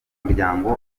umuryango